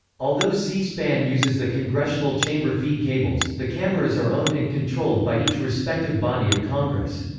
although c-span uses the congressional chamber feed cables, the cameras are owned and controlled by each respective body of congress.